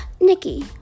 Nikki